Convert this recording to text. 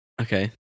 Okay